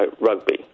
rugby